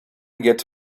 get